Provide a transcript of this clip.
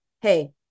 hey